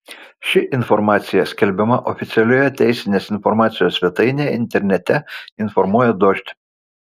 ši informacija skelbiama oficialioje teisinės informacijos svetainėje internete informuoja dožd